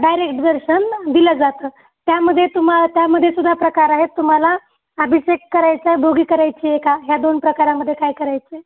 direct दर्शन दिलं जातं त्यामध्ये तुमा त्यामध्येे सुद्धा प्रकार आहेत तुम्हाला अभिषेक करायचाय देणगी करायची का य दोन प्रकारामध्ये काय करायंय